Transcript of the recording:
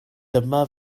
dyma